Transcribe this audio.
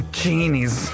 genies